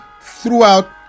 throughout